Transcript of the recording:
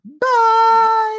Bye